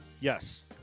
Yes